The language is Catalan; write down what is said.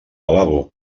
lavabo